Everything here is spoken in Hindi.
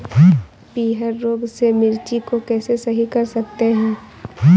पीहर रोग से मिर्ची को कैसे सही कर सकते हैं?